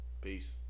Peace